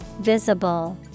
Visible